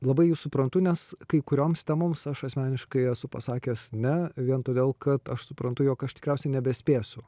labai jus suprantu nes kai kurioms temoms aš asmeniškai esu pasakęs ne vien todėl kad aš suprantu jog aš tikriausiai nebespėsiu